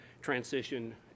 transition